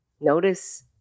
notice